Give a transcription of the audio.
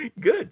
good